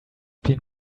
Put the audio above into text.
been